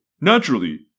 naturally